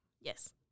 Yes